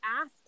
asked